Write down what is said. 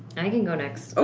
and i can go next.